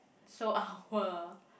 so our